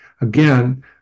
Again